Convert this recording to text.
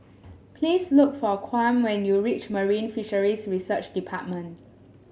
please look for Kwame when you reach Marine Fisheries Research Department